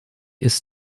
ist